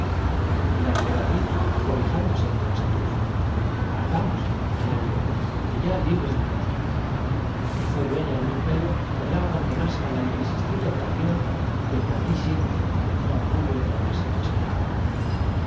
seguro y la emperatriz cobijándose en don sindulfo partamosañadió que ya libres del monstruo la que fué dueña de un imperio podrá abandonarse á la irresistible atracción que por ti siente y tendrá or gullo en llamarse tu esclava